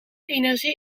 engie